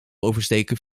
oversteken